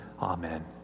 Amen